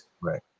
Right